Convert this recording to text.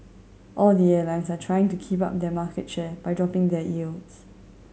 all the airlines are trying to keep up their market share by dropping their yields